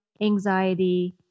anxiety